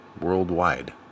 worldwide